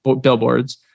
billboards